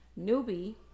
newbie